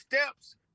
steps